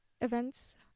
events